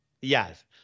Yes